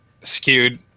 skewed